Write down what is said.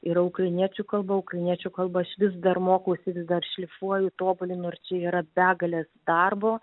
yra ukrainiečių kalba ukrainiečių kalbą aš vis dar mokausi vis dar šlifuoju tobulinu ir čia yra begalės darbo